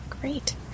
Great